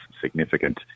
significant